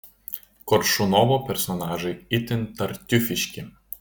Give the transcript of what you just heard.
koršunovo personažai itin tartiufiški